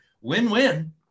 win-win